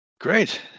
great